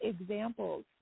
examples